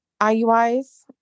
IUIs